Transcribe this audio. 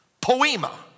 poema